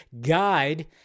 guide